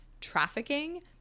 trafficking